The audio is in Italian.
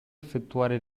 effettuare